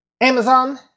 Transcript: Amazon